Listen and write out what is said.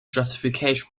justification